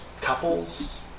couples